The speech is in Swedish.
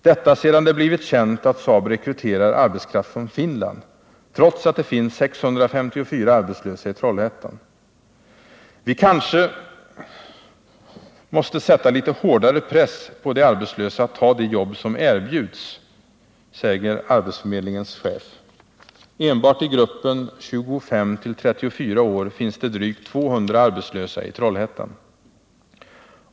Detta sedan det blivit känt att SAAB rekryterar arbetskraft från Finland — trots att det finns 654 arbetslösa i Trollhättan. Vi måste kanske-sätta lite hårdare press på de arbetslösa att ta de jobb som erbjuds, säger arbetsförmedlingens chef... Enbart i gruppen 25-34 år finns det drygt 200 arbetslösa i Trollhättan.